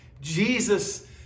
Jesus